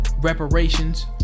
reparations